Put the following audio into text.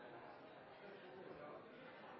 er her